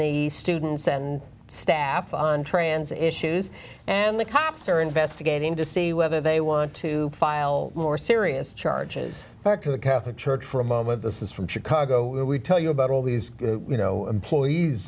the students and staff on transition news and the cops are investigating to see whether they want to file more serious charges back to the catholic church for a moment this is from chicago where we tell you about all these you know employees